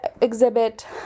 exhibit